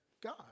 God